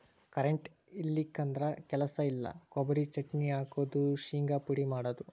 current ಇಲ್ಲಿಕಂದ್ರ ಕೆಲಸ ಇಲ್ಲಾ, ಕೊಬರಿ ಚಟ್ನಿ ಹಾಕುದು, ಶಿಂಗಾ ಪುಡಿ ಮಾಡುದು